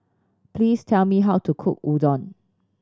please tell me how to cook Udon